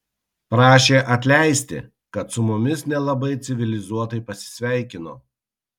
prašė atleisti kad su mumis nelabai civilizuotai pasisveikino